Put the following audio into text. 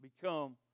become